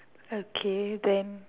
okay then